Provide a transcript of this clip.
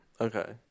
Okay